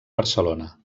barcelona